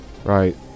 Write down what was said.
Right